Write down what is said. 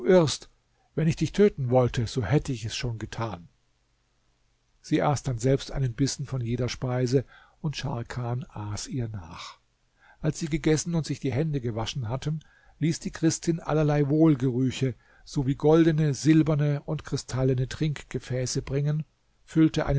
wenn ich dich töten wollte so hätte ich es schon getan sie aß dann selbst einen bissen von jeder speise und scharkan aß ihr nach als sie gegessen und sich die hände gewaschen hatten ließ die christin allerlei wohlgerüche sowie goldene silberne und kristallene trinkgefäße bringen füllte